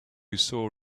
saw